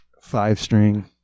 five-string